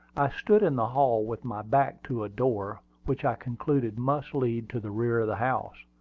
i stood in the hall with my back to a door, which i concluded must lead to the rear of the house.